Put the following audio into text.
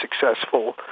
successful